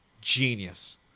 genius